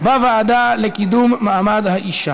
התשע"ח 2017, לוועדה לקידום מעמד האישה